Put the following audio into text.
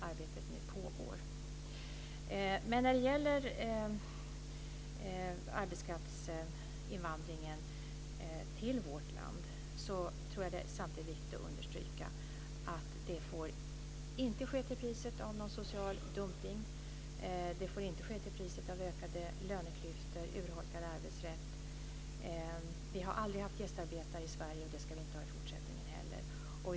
Arbetet pågår nu. Det är viktigt att understryka att arbetskraftsinvandringen till vårt land inte får ske till priset av social dumpning, ökade löneklyftor eller urholkad arbetsrätt. Vi har aldrig haft gästarbetare i Sverige och det ska vi inte ha i fortsättningen heller.